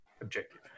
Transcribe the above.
objective